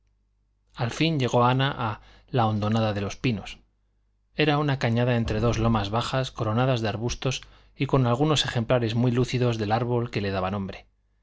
al fin llegó ana a la hondonada de los pinos era una cañada entre dos lomas bajas coronadas de arbustos y con algunos ejemplares muy lucidos del árbol que le daba nombre